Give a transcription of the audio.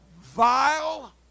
Vile